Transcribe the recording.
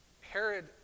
Herod